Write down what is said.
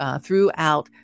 throughout